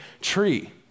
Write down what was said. tree